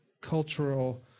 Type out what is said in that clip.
cultural